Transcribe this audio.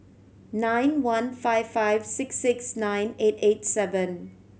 nine one five five six six nine eight eight seven